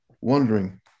wondering